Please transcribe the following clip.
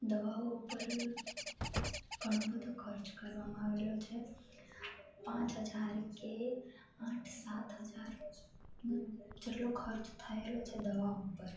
દવાઓ ઉપર ઘણું બધું ખર્ચ કરવામાં આવી રહ્યો છે પાંચ હજાર કે આઠ સાત હજાર જેટલો ખર્ચ થયેલો છે દવા ઉપર